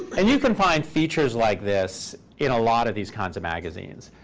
and you can find features like this in a lot of these kinds of magazines.